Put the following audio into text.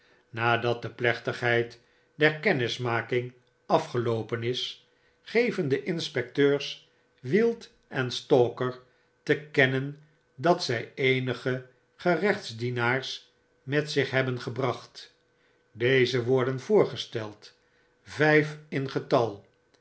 nadat de plechtigheid der kennismaking afgeloopen is geven de inspecteurs wield en stalker te kennen dat zij eenige gerechtsdienaars met zich hebben gebracht deze worden voorgesteld vijf in getal